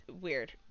weird